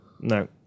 No